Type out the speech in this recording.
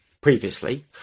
previously